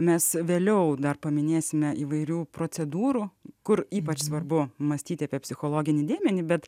mes vėliau dar paminėsime įvairių procedūrų kur ypač svarbu mąstyti apie psichologinį dėmenį bet